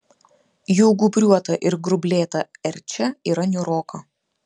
jų gūbriuota ir grublėta erčia yra niūroka